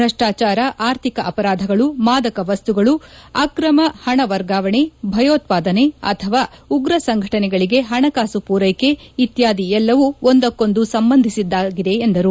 ಭ್ರಷ್ಪಾಚಾರ ಆರ್ಥಿಕ ಅಪರಾಧಗಳು ಮಾದಕ ವಸ್ತುಗಳು ಅಕ್ರಮ ಪಣ ವರ್ಗಾವಣೆ ಭಯೋತ್ಪಾದನೆ ಅಥವಾ ಉಗ್ರ ಸಂಘಟನೆಗಳಿಗೆ ಪಣಕಾಸು ಮೂರೈಕೆ ಇತ್ತಾದಿ ಎಲ್ಲವೂ ಒಂದಕ್ಕೊಂದು ಸಂಬಂಧಿಸಿದ್ಲಾಗಿದೆ ಎಂದರು